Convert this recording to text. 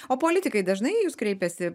o politikai dažnai į jus kreipiasi